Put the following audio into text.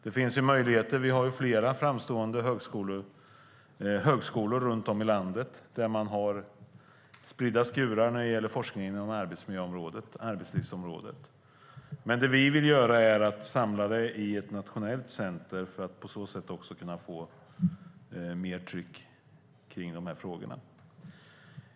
Det finns möjligheter. Det finns flera framstående högskolor runt om i landet där det finns spridda skurar i forskningen inom arbetsmiljöområdet och arbetslivsområdet. Vi vill samla forskningen i ett nationellt center för att på så sätt få mer tryck i frågorna.